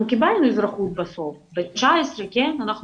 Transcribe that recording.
אנחנו קיבלנו אזרחות בסוף ב-19 כן?